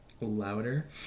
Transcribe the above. louder